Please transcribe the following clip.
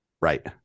right